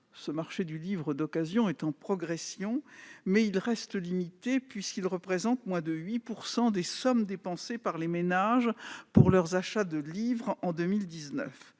d'achat, si ce dernier est en progression, il reste limité, puisqu'il représente moins de 8 % des sommes dépensées par les ménages pour leurs achats de livres en 2019.